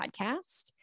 Podcast